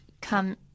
come